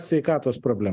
sveikatos problemą